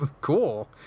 cool